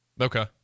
Okay